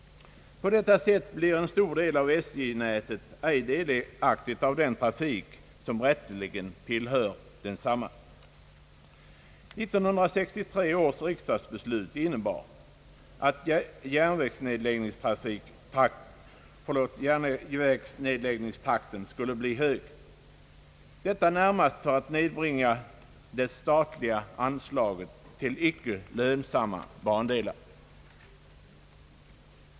På detta sätt blir en stor del av SJ nätet ej delaktig av den trafik som rätteligen tillhör densamma. 1963 års riksdagsbeslut innebar att järnvägsnedläggningstakten skulle bli hög; detta närmast för att nedbringa det statliga anslaget till icke lönsamma bandelar.